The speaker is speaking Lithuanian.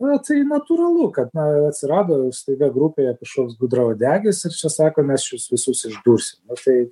na tai natūralu kad na atsirado staiga grupėje kažkoks gudrauodegis ir čia sako mes jus visus išdursim nu tai